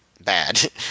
bad